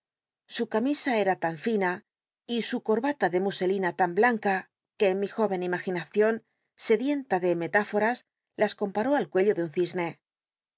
su camisa era tan fina y sn corbal r de muselina l m blanca que mi jórcn imaginacion scdicntu de metmoms las comparó al cuello de un cisne